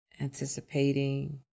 anticipating